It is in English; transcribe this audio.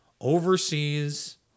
overseas